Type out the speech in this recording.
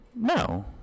No